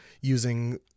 using